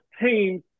teams